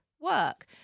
work